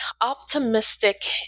optimistic